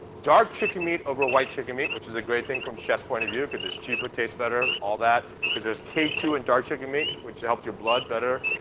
dark chicken meat over white chicken meat which is a great thing from chefs' point of view, because it's cheaper, tastes better, all that because there's k two in dark chicken meat, which helps your blood better.